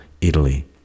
Italy